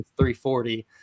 340